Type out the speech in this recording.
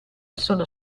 sono